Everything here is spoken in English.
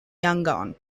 yangon